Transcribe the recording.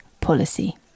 policy